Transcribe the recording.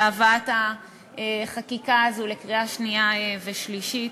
בהבאת החקיקה הזאת לקריאה שנייה ושלישית,